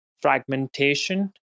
fragmentation